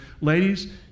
Ladies